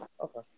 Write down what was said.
Okay